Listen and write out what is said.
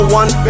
one